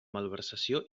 malversació